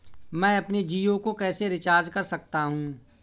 मैं अपने जियो को कैसे रिचार्ज कर सकता हूँ?